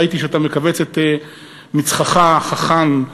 ראיתי שאתה מכווץ את מצחך החכם,